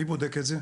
מי בודק את זה?